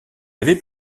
avait